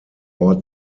ort